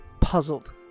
puzzled